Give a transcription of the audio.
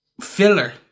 filler